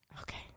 Okay